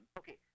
okay